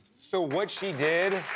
so, what she did,